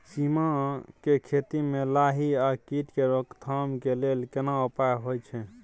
सीम के खेती म लाही आ कीट के रोक थाम के लेल केना उपाय होय छै?